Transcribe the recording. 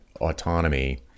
autonomy